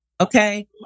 Okay